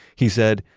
he said,